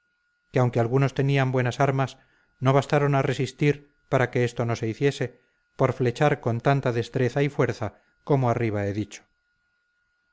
que aunque algunos tenían buenas armas no bastaron a resistir para que esto no se hiciese por flechar con tanta destreza y fuerza como arriba he dicho